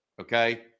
Okay